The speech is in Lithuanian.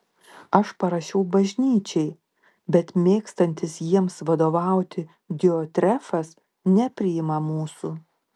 aš parašiau bažnyčiai bet mėgstantis jiems vadovauti diotrefas nepriima mūsų